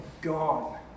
gone